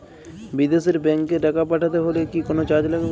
বিদেশের ব্যাংক এ টাকা পাঠাতে হলে কি কোনো চার্জ লাগবে?